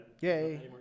yay